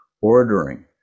ordering